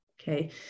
Okay